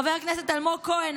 חבר הכנסת אלמוג כהן,